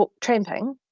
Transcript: tramping